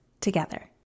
together